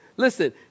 Listen